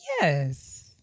Yes